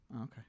Okay